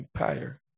Empire